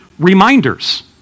reminders